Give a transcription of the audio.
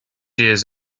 years